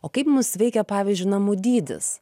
o kaip mus veikia pavyzdžiui namų dydis